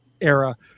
era